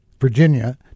Virginia